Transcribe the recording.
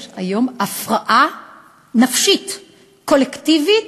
יש היום הפרעה נפשית קולקטיבית,